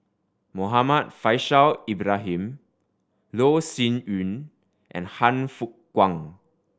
Muhammad Faishal Ibrahim Loh Sin Yun and Han Fook Kwang